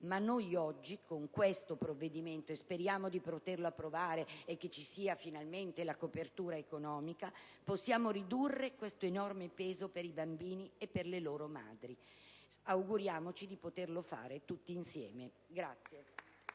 Ma noi oggi, con il provvedimento in esame (che speriamo di poter approvare e che finalmente trovi una copertura economica), possiamo ridurre questo enorme peso per i bambini e per le loro madri. Auguriamoci di poterlo fare tutti insieme! Signora